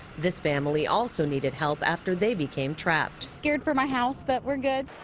this family also needed help after they became trapped. scared for my house but we're good.